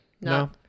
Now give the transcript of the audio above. no